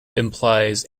implies